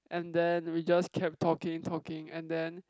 and then we just kept talking talking and then